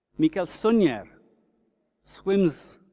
miquel suner yeah swims